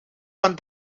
van